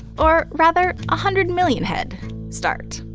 or rather, a hundred-million-head start.